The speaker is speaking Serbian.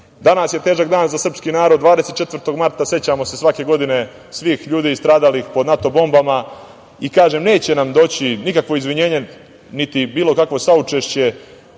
danas je težak dan za srpski narod. Dana 24. marta sećamo se svake godine svih ljudi stradalih pod NATO bombama i, kažem, neće nam doći nikakvo izvinjenje, niti bilo kakvo saučešće,